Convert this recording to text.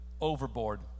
overboard